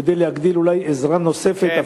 כדי להגדיל ולתת עזרה נוספת,